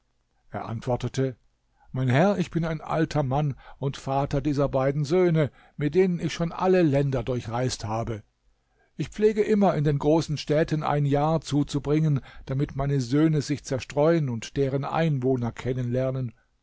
er antwortete mein herr ich bin ein alter mann und vater dieser beiden söhne mit denen ich schon alle länder durchreist habe ich pflege immer in den großen städten ein jahr zuzubringen damit meine söhne sich zerstreuen und deren einwohner